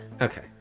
Okay